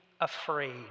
afraid